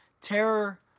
terror